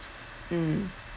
mm